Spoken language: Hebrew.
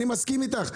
אני מסכים איתך.